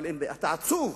אבל אם אתה עצוב,